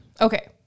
Okay